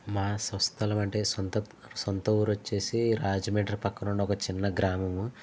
మా స్వస్థలం అంటే సొంత సొంత ఊరు వచ్చేసి రాజమండ్రి పక్కనున్న ఒక చిన్న గ్రామము